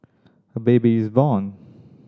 a baby is born